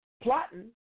plotting